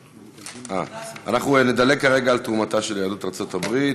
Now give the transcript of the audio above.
אנחנו נדלג כרגע על, תרומתה של יהדות ארצות-הברית.